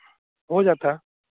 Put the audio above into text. हो जाता है